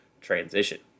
transition